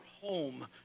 home